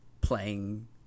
playing